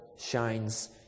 shines